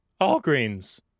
Allgreens